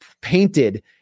painted